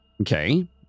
Okay